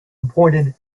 appointed